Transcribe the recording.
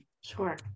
sure